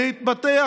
להתפתח,